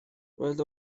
roedd